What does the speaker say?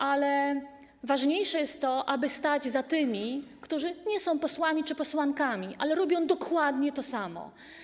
Ale ważniejsze jest to, aby stać za tymi, którzy nie są posłami czy posłankami, ale robią dokładnie to samo.